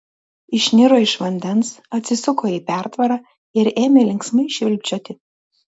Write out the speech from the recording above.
išniro iš vandens atsisuko į pertvarą ir ėmė linksmai švilpčioti